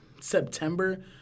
September